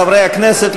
חברי הכנסת,